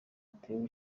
atewe